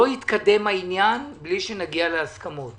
לא יתקדם העניין בלי שנגיע להסכמות